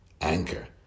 Anchor